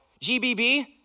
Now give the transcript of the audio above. GBB